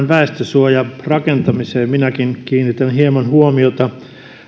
väestönsuojarakentamiseen minäkin kiinnitän hieman huomiota